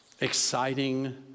exciting